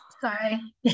sorry